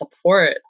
support